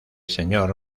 señor